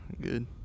good